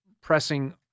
pressing